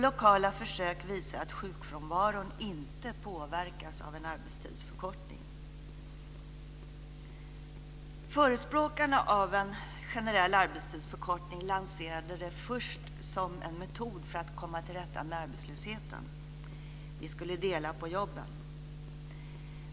Lokala försök visar att sjukfrånvaron inte påverkas av en arbetstidsförkortning. Förespråkarna av en generell arbetstidsförkortning lanserade det först som en metod för att komma till rätta med arbetslösheten - vi skulle dela på jobben.